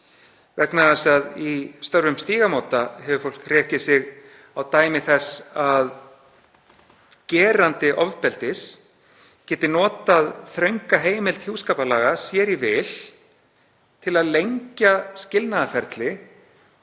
ekki skilnað. Í störfum Stígamóta hefur fólk rekið sig á dæmi þess að gerandi ofbeldis geti notað þrönga heimild hjúskaparlaga sér í vil til að lengja skilnaðarferli